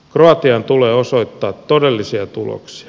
kroatian tulee osoittaa todellisia tuloksia